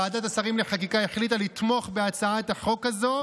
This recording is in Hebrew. ועדת השרים לחקיקה החליטה לתמוך בהצעת החוק הזו,